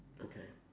okay